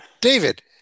David